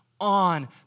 on